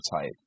type